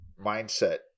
mindset